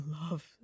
love